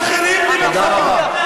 אתם מחרחרים מלחמה, תודה רבה.